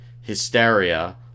Hysteria